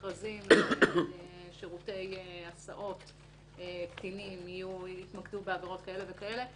מכרזים לשירותי הסעות קטינים יתמקדו בעבירות כאלו וכאלו.